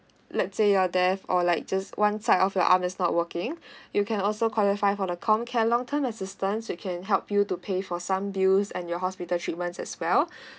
let's say you're death or like just one side of your arm is not working you can also qualify for the com care long time assistance we can help you to pay for some bills and your hospital treatments as well